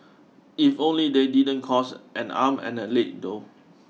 if only they didn't cost and arm and a leg though